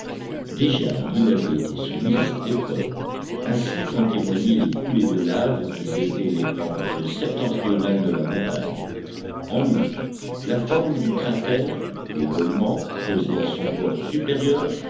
déjà l'île avait été soumise à cette épreuve ainsi qu'en témoignaient les coulées de lave qui zébraient les pentes septentrionales de la montagne en outre la forme du cratère l'égueulement creusé à son bord supérieur